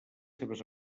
seves